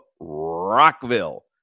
Rockville